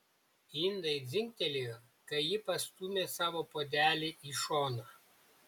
indai dzingtelėjo kai ji pastūmė savo puodelį į šoną